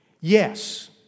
Yes